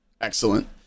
excellent